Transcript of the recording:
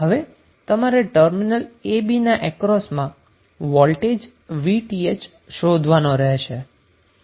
હવે તમારે terminal a b ના અક્રોસમાં વોલ્ટેજ VTh શોધવાનો રહેશે